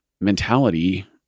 mentality